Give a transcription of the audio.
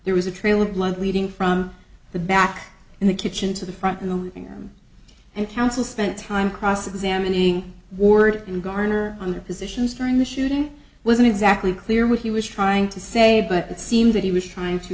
there was a trail of blood leading from the back in the kitchen to the front in the living room and counsel spent time cross examining ward and garner on their positions during the shooting wasn't exactly clear what he was trying to say but it seemed that he was trying to